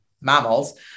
mammals